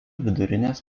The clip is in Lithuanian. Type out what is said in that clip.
vidurinės